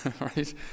right